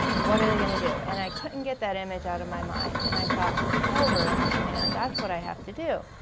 what are they gonna do? and i couldn't get that image out of my mind. and i thought hotel rooms man, that's what i have to do.